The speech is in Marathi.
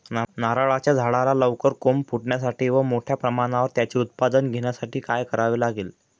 नारळाच्या झाडाला लवकर कोंब फुटण्यासाठी व मोठ्या प्रमाणावर त्याचे उत्पादन घेण्यासाठी काय करावे लागेल?